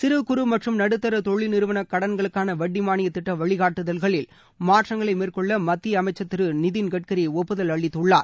சிறு குறு மற்றும் நடுத்தர தொழில் நிறுவன கடன்களுக்கான வட்டி மானிய திட்ட வழிகாட்டுதலில் மாற்றங்களை மேற்கொள்ள மத்திய அமைச்சர் நிதின் கட்கரி ஒப்புதல் அளித்துள்ளார்